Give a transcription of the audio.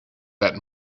that